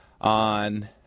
on